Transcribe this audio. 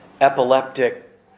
epileptic